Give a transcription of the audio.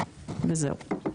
זהו.